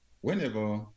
Whenever